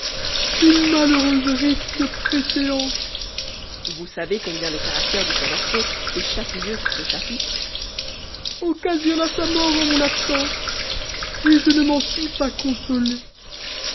une malheureuse rixe de préséance vous savez combien le caractère de sa nation est chatouilleux sur ce chapitre occasionna sa mort en mon absence et je ne m'en suis pas consolé